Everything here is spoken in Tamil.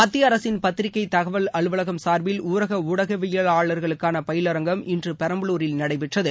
மத்திய அரசின் பத்திரிகை தகவல் அலுவலகம் சார்பில் ஊரக ஊடகவியலாளர்களுக்கான பயிலரங்கம் இன்று பெரம்பலூரில் நடைபெற்றது